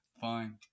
Fine